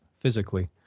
physically